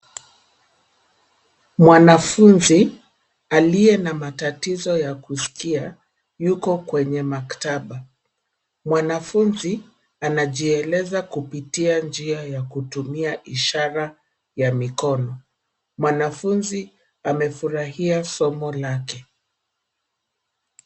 Mwanafunzi aliye na matatizo ya kusikia yuko kwenye makitaba. Mwanafuzi anajieleza kupitia njia ya kutumia ishara ya mikono. Mwanafunzi amefurahia somo lake.